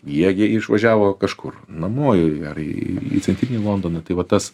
jie gi išvažiavo kažkur namo ar į centrinį londoną tai va tas